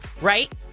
right